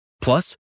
Plus